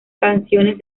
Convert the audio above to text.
canciones